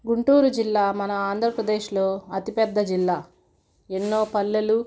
గుంటూరు జిల్లా మన ఆంధ్రప్రదేశ్లో అతిపెద్ద జిల్లా ఎన్నో పల్లెలు